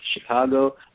Chicago